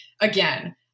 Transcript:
again